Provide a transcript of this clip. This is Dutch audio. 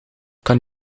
kan